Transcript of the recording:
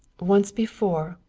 once before,